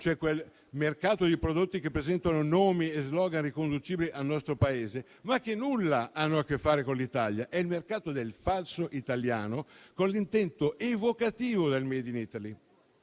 a quel mercato di prodotti che presentano nomi e *slogan* riconducibili al nostro Paese, ma che nulla hanno a che fare con l'Italia, rappresentando invece il mercato del falso italiano con l'intento evocativo del *made in Italy*.